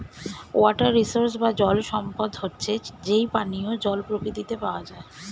water resource বা জল সম্পদ হচ্ছে যেই পানিও জল প্রকৃতিতে পাওয়া যায়